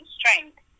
strength